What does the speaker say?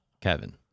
Kevin